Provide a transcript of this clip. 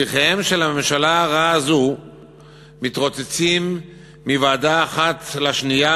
שליחים של הממשלה הרעה הזו מתרוצצים מוועדה אחת לשנייה,